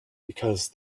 because